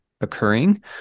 occurring